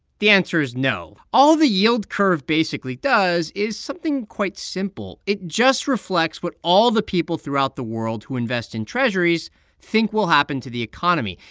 the answer is no. all the yield curve basically does is something quite simple. it just reflects what all the people throughout the world who invest in treasuries think will happen to the economy.